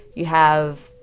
you have